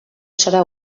serà